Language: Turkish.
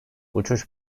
uçuş